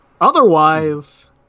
Otherwise